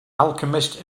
alchemist